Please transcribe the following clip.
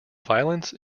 violence